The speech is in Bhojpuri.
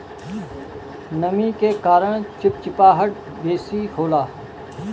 नमी के कारण चिपचिपाहट बेसी होला